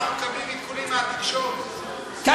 אחרי שהעברנו, אחרי